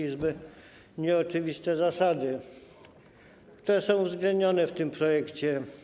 Izby nieoczywiste, zasady, które są uwzględnione w tym projekcie.